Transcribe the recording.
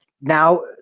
now –